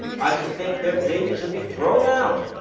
i should think their babies would be thrown out.